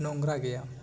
ᱱᱚᱝᱜᱨᱟ ᱜᱮᱭᱟ